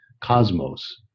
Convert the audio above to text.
cosmos